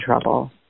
trouble